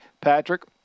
Patrick